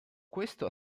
questo